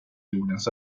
jordens